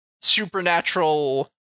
supernatural